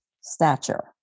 stature